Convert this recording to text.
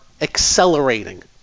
accelerating